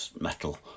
metal